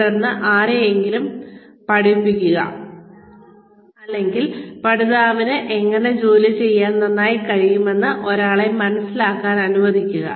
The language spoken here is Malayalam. തുടർന്ന് ആരെയെങ്കിലും ഏൽപ്പിക്കുക അല്ലെങ്കിൽ പഠിതാവിന് എങ്ങനെ ജോലി നന്നായി ചെയ്യാൻ കഴിയുമെന്ന് ഒരാളെ മനസ്സിലാക്കാൻ അനുവദിക്കുക